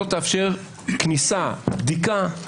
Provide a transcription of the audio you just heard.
לשמר דברים שנעשים שלא בחוק או על פי חוק,